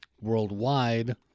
worldwide